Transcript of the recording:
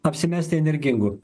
apsimesti energingu